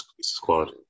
squad